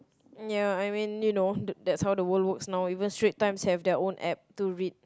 ya I mean you know that's how the world works now even Strait Times have their own App to read